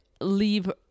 leave